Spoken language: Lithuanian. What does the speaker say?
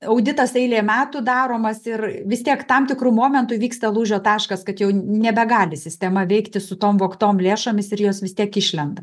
auditas eilę metų daromas ir vis tiek tam tikru momentu įvyksta lūžio taškas kad jau nebegali sistema veikti su tom vogtom lėšomis ir jos vis tiek išlenda